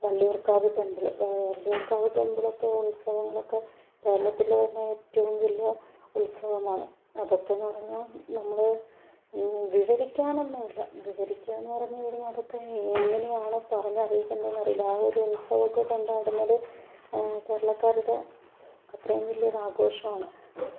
Valliyoorkavu temple Valliyoorkavu ടെമ്പിളൊക്കെ ഉത്സവങ്ങളൊക്കെ കേരളത്തിൽ തന്നെ ഏറ്റവും വലിയ ഉത്സവമാണ് അതൊക്കെയെന്ന് പറഞ്ഞാൽ നമ്മൾ വിവരിക്കാനൊന്നുമില്ല വിവരിക്കാനെന്ന് പറഞ്ഞു കഴിഞ്ഞാൽ അതൊക്കെ എങ്ങനെയാണ് പറഞ്ഞറിയിക്കേണ്ടതെന്ന് അറിയില്ല ആ ഒരു ഉത്സവമൊക്കെ കൊണ്ടാടുന്നത് കേരളക്കാരുടെ അത്രയും വലിയൊരാഘോഷമാണ്